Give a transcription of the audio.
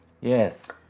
Yes